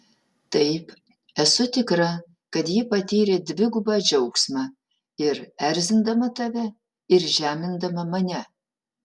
taip esu tikra kad ji patyrė dvigubą džiaugsmą ir erzindama tave ir žemindama mane